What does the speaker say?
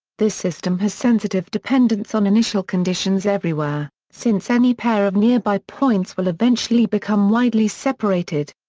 this system has sensitive dependence on initial conditions everywhere, since any pair of nearby points will eventually become widely separated.